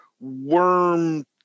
worm